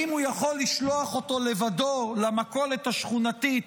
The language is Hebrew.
אם הוא יכול לשלוח אותו לבדו למכולת השכונתית